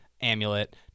Amulet